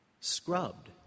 scrubbed